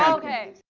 okay.